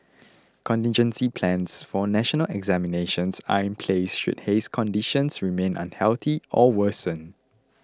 contingency plans for national examinations are in place should haze conditions remain unhealthy or worsen